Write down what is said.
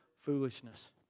foolishness